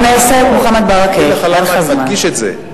אני אגיד לך למה אני מדגיש את זה,